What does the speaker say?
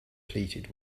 depleted